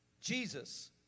Jesus